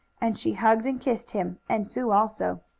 and she hugged and kissed him, and sue also.